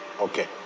Okay